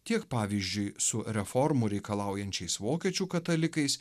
tiek pavyzdžiui su reformų reikalaujančiais vokiečių katalikais